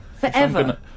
Forever